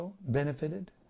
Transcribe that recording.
benefited